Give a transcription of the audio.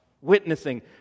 Witnessing